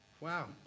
Wow